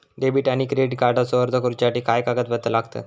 Debit आणि credit कार्डचो अर्ज करुच्यासाठी काय कागदपत्र लागतत?